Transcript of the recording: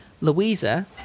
Louisa